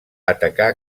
atacar